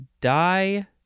die